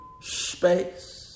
space